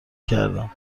کردم